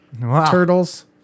turtles